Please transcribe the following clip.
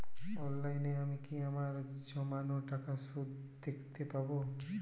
অনলাইনে আমি কি আমার জমানো টাকার সুদ দেখতে পবো?